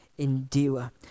Endure